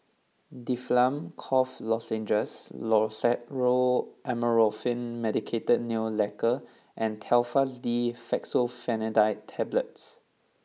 Difflam Cough Lozenges Loceryl Amorolfine Medicated Nail Lacquer and Telfast D Fexofenadine Tablets